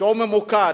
שהוא ממוקד.